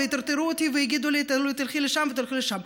ויטרטרו אותי ויגידו לי: תלכי לשם ותלכי לשם,